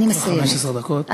עברו 15 דקות.